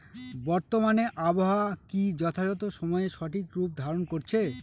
বর্তমানে আবহাওয়া কি যথাযথ সময়ে সঠিক রূপ ধারণ করছে?